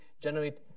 generate